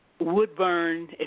Woodburn